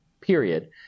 period